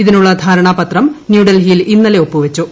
ഇതിനുള്ള ധാരണാപത്രം ന്യൂഡൽഹിയിൽ ഇന്നലെ ഒപ്പുവച്ചു